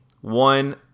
one